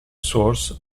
source